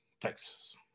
Texas